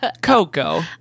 Coco